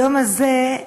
היום הזה,